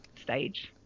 stage